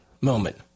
moment